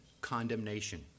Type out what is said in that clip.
condemnation